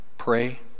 pray